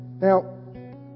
Now